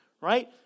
right